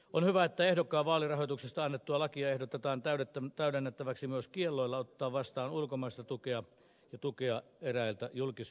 on hyvä että ehdokkaan vaalirahoituksesta annettua lakia ehdotetaan täydennettäväksi myös kiellolla ottaa vastaan ulkomaista tukea ja tukea eräiltä julkisyhteisöiltä